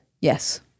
Yes